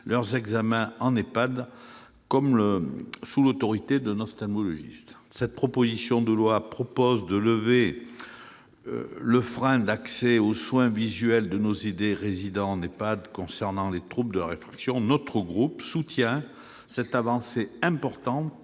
leurs examens en EHPAD sous l'autorité d'un ophtalmologiste. Cette proposition de loi prévoit de lever le frein d'accès aux soins visuels de nos aînés qui résident en EHPAD concernant les troubles de réfraction. Notre groupe soutient cette avancée importante